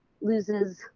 loses